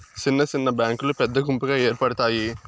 సిన్న సిన్న బ్యాంకులు పెద్ద గుంపుగా ఏర్పడుతాయి